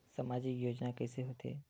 सामजिक योजना कइसे होथे?